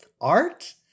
art